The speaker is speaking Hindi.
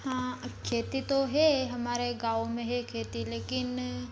हाँ खेती तो है हमारे गाँव में है खेती लेकिन